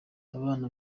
abana